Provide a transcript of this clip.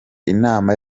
inama